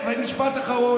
איזו מחצית?